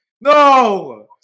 No